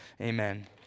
amen